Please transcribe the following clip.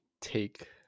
take